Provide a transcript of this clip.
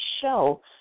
show